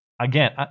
again